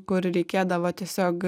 kur reikėdavo tiesiog